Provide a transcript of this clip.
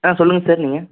ஆ சொல்லுங்கள் சார் நீங்க